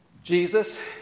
Jesus